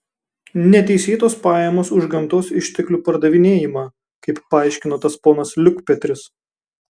neteisėtos pajamos už gamtos išteklių pardavinėjimą kaip paaiškino tas ponas liukpetris